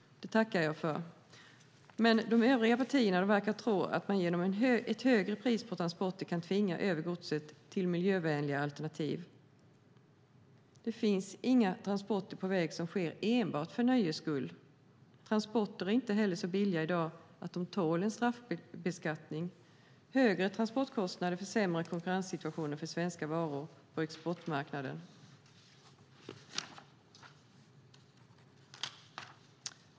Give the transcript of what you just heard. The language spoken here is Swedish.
Det tackar jag för. De övriga partierna verkar dock tro att man genom ett högre pris på transporter kan tvinga över godset till miljövänligare alternativ. Det finns inga transporter på väg som sker enbart för nöjes skull. Transporter är inte heller så billiga i dag så att de tål en straffbeskattning. Högre transportkostnader försämrar konkurrenssituationen för svenska varor på exportmarknaden.